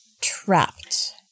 trapped